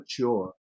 mature